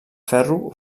ferro